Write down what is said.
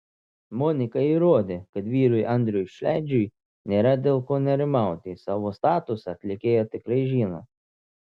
monika įrodė kad vyrui andriui šedžiui nėra dėl ko nerimauti savo statusą atlikėja tikrai žino